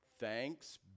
Thanks